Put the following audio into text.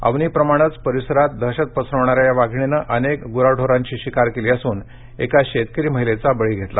अवनी प्रमाणेच परिसरात दहशत पसरविणाऱ्या या वाघिणीने अनेक ग्राढोरांची शिकार केली असून एका शेतकरी महिलेचा बळी घेतला